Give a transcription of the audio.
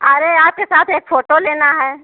अरे आपके साथ एक फोटो लेना है